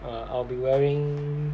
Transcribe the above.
err I will be wearing